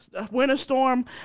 Winterstorm